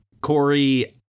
Corey